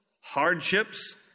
hardships